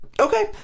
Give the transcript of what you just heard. Okay